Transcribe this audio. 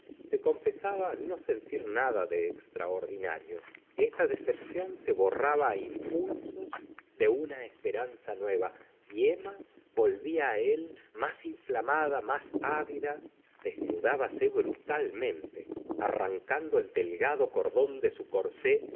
se confesaba no sentir nada de extraordinario esta decepción se borra ba á impulsos de una esperanza nueva y emma volvía á él más inflamada más ávida desnudábase brutalmente arrancando el del gado cordón de su corsé